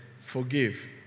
forgive